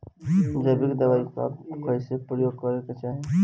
जैविक दवाई कब कैसे प्रयोग करे के चाही?